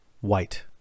white